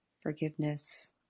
Forgiveness